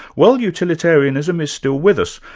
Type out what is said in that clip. well utilitarianism is still with us,